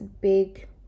big